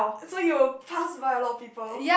so you pass by a lot people